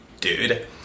dude